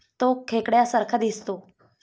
तो खेकड्या सारखा दिसतो